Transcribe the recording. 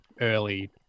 early